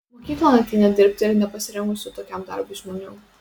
mokyklon ateina dirbti ir nepasirengusių tokiam darbui žmonių